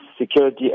security